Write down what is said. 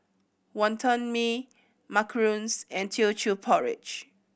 Wonton Mee macarons and Teochew Porridge